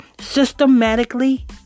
systematically